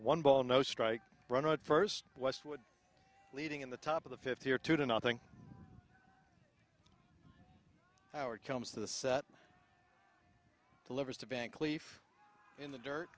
one ball no strike run at first westwood leading in the top of the fifty or two to nothing howard comes to the set delivers to bank leaf in the dirt